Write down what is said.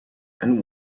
and